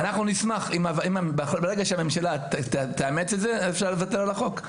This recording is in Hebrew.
ברגע שהממשלה תאמץ את זה, אפשר לוותר על החוק.